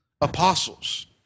apostles